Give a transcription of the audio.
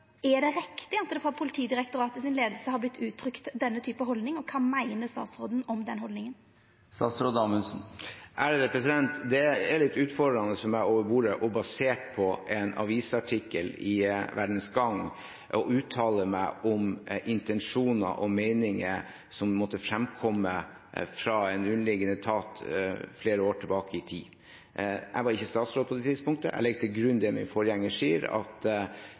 Er det riktig at det frå leiinga i Politidirektoratet har vorte uttrykt denne typen haldning, og kva meiner statsråden om den haldninga? Det er litt utfordrende for meg over bordet og basert på en avisartikkel i Verdens Gang å uttale meg om intensjoner og meninger som måtte ha fremkommet fra en underliggende etat flere år tilbake i tid. Jeg var ikke statsråd på det tidspunktet. Jeg legger til grunn det min forgjenger sier, at